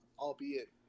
albeit